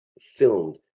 filmed